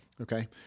Okay